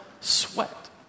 sweat